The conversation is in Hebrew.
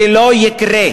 זה לא יקרה.